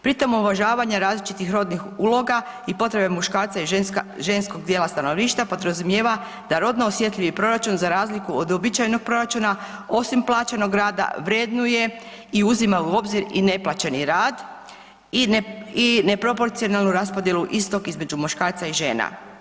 Pri tom uvažavanja različitih rodnih uloga i potrebe muškarca i ženskog dijela stanovništva podrazumijeva da rodno osjetljivi proračun za razliku od uobičajenog proračuna osim plaćenog rada vrednuje i uzima u obzir i neplaćeni rad i neproporcionalnu raspodjelu istog između muškarca i žena.